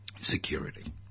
security